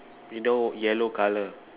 you know yellow colour